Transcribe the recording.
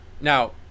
now